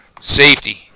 Safety